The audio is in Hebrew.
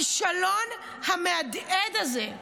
את הכישלון המהדהד הזה,